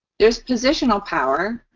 there's positional power.